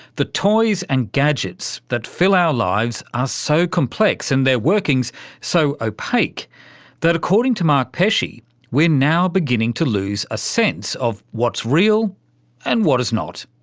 the toys and gadgets that fill our lives are so complex and their workings so opaque that, according to mark pesce, we're now beginning to lose a sense of what's real and what is not.